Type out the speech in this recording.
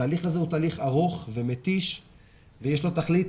התהליך הזה הוא תהליך ארוך ומתיש ויש לו תכלית